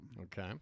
Okay